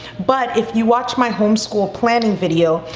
but if you watch my homeschool planning video,